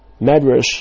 medrash